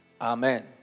Amen